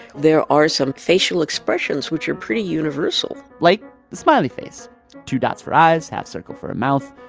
there are some facial expressions which are pretty universal like the smiley face two dots for eyes, half-circle for a mouth.